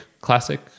classic